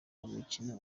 mikino